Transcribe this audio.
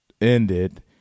ended